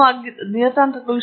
ನಾಲ್ಕು ಶೂನ್ಯವಾಗಿರಬೇಕು